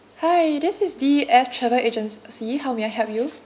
hi this is D E F travel agency how may I help you